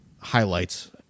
highlights